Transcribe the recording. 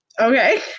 Okay